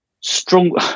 strong